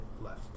left